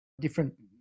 different